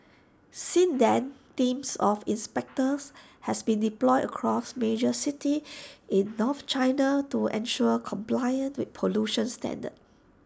since then teams of inspectors have been deployed across major cities in north China to ensure compliance with pollution standards